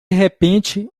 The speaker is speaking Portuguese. repente